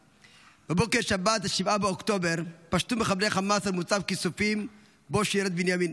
בבוקר שבת 7 באוקטובר פשטו מחבלי חמאס על מוצב כיסופים שבו שירת בנימין.